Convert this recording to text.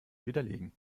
widerlegen